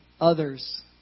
others